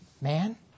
man